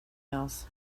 else